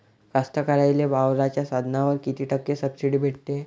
कास्तकाराइले वावराच्या साधनावर कीती टक्के सब्सिडी भेटते?